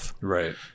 right